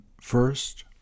first